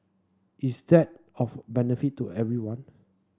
is that of benefit to everyone